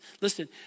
Listen